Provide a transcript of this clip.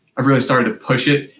i've really started to push it,